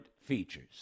features